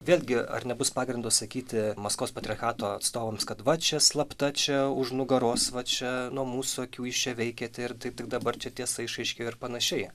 vėlgi ar nebus pagrindo sakyti maskvos patriarchato atstovams kad va čia slapta čia už nugaros va čia nuo mūsų akių jūs čia veikiate ir tai tik dabar čia tiesa išaiškėjo ir panašiai